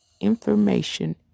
information